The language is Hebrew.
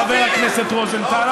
חבר הכנסת רוזנטל.